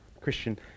Christian